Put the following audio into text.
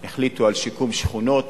החליטו על שיקום שכונות.